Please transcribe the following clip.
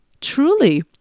Truly